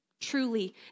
Truly